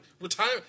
retire